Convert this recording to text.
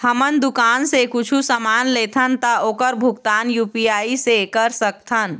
हमन दुकान से कुछू समान लेथन ता ओकर भुगतान यू.पी.आई से कर सकथन?